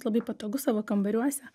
labai patogu savo kambariuose